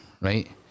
right